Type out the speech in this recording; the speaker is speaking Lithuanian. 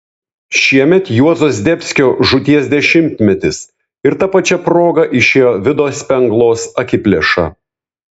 šiemet juozo zdebskio žūties dešimtmetis ir ta pačia proga išėjo vido spenglos akiplėša